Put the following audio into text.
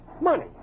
money